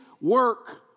work